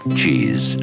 cheese